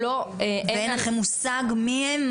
ואין לכם מושג מי הם,